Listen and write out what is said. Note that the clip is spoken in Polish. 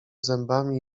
zębami